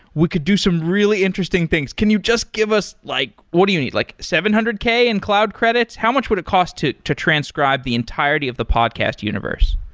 we could do some really interesting things. can you just give us like what do you need? like seven hundred k in cloud credits? how much would it cost to to transcribe the entirety of the podcast universe?